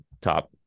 top